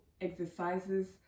exercises